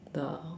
the